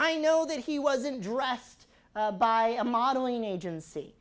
i know that he wasn't dressed by a modeling agency